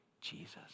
Jesus